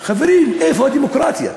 חברים, איפה הדמוקרטיה?